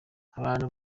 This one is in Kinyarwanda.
abantu